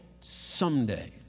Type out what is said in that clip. someday